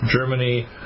Germany